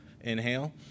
Inhale